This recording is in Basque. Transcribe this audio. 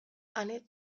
ane